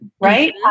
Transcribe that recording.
right